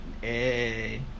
hey